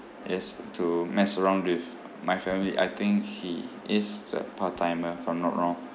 as to mess around with my family I think he is a part timer if I'm not wrong